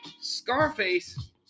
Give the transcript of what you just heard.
Scarface